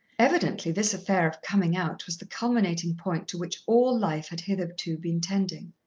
evidently this affair of coming out was the culminating point to which all life had hitherto been tending.